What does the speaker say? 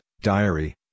diary